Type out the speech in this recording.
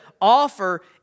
offer